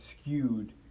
skewed